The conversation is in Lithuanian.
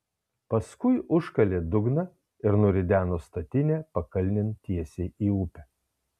paskui užkalė dugną ir nurideno statinę pakalnėn tiesiai į upę